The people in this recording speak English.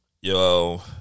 Yo